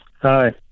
hi